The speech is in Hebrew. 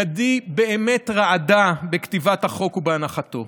ידי באמת רעדה בכתיבת החוק ובהנחתו.